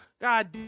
God